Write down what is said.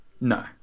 No